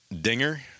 Dinger